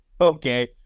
Okay